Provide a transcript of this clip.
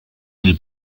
del